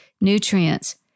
nutrients